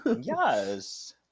Yes